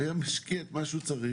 היה משקיע את מה שהוא צריך,